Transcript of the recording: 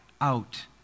out